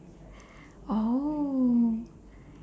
oh